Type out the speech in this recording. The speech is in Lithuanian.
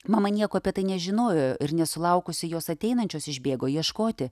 mama nieko apie tai nežinojo ir nesulaukusi jos ateinančios išbėgo ieškoti